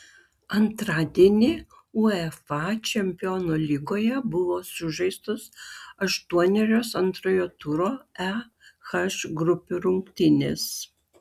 antradienį uefa čempionų lygoje buvo sužaistos aštuonerios antrojo turo e h grupių rungtynės